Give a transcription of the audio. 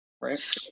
right